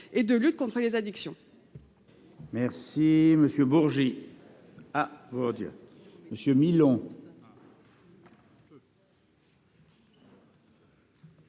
et de lutte contre les addictions.